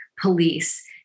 police